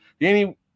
Danny